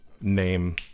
name